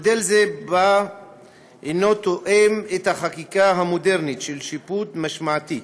מודל זה אינו תואם את החקיקה המודרנית של שיפוט משמעתי.